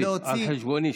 על חשבוני,